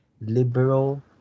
liberal